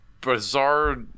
bizarre